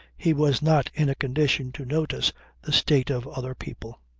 he was not in a condition to notice the state of other people.